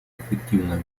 эффективное